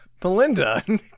Belinda